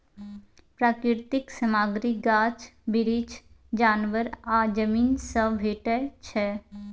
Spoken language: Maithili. प्राकृतिक सामग्री गाछ बिरीछ, जानबर आ जमीन सँ भेटै छै